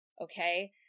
okay